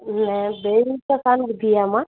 न बेरिंग त कान ॿुधी आ्हे मां